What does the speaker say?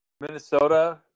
Minnesota